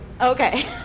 Okay